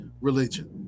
religion